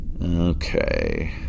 okay